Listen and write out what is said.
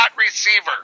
receiver